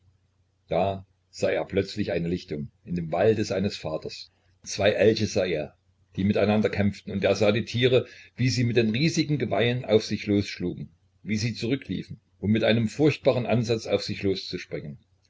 da sah er plötzlich eine lichtung in dem walde seines vaters zwei elche sah er die mit einander kämpften er sah die tiere wie sie mit den riesigen geweihen auf sich losschlugen wie sie zurückliefen um mit einem furchtbaren ansatz auf sich